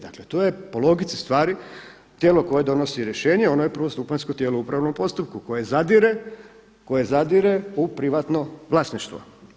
Dakle to je po logici stvari tijelo koje donosi rješenje, ono je prvostupanjsko tijelo u upravnom postupku koje zadire, koje zadire u privatno vlasništvo.